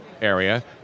area